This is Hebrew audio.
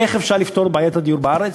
איך אפשר לפתור את בעיית הדיור בארץ,